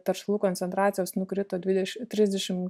teršalų koncentracijos nukrito dvidešimt trisdešimt